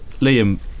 Liam